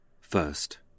First